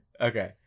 Okay